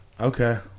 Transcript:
Okay